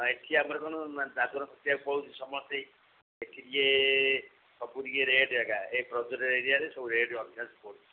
ଏଠି ଆମର କ'ଣ ନା ଦାଦନ ଘଟିବାକୁ ପଳଉଛୁ ସମସ୍ତେ ଏଠି ଯିଏ ସବୁ ଟିକେ ରେଟ୍ ଆଜ୍ଞା ଏ ଏରିଆରେ ସବୁ ରେଟ୍ ଅଧିକା ପଡ଼ୁଛି